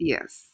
Yes